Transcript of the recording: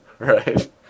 Right